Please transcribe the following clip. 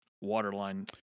waterline